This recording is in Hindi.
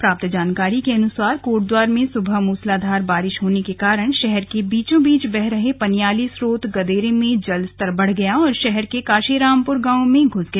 प्राप्त जानकारी के अनुसार कोटद्वार में सुबह मूसलाधार बारिश होने के कारण शहर के बीचों बीच बह रहे पनियाली स्रोत गदेरे में जल स्तर बढ़ गया और शहर के काशीरामपुर गांव में घूस गया